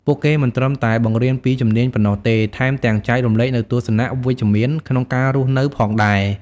ពួកគេមិនត្រឹមតែបង្រៀនពីជំនាញប៉ុណ្ណោះទេ ថែមទាំងចែករំលែកនូវទស្សនៈវិជ្ជមានក្នុងការរស់នៅផងដែរ។